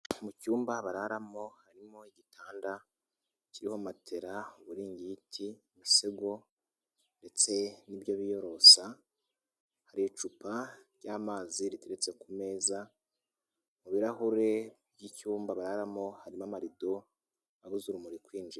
Mu cyumba bararamo harimo igitanda kiriho matera, uburingiti, imusego ndetse n'ibyo biyorosa, hari icupa ry'amazi riteretse ku meza, mu birahure by'icyumba bararamo harimo amarido abuza urumuri kwinjira.